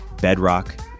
Bedrock